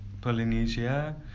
Polynesia